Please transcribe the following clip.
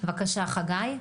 בבקשה חגי.